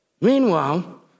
Meanwhile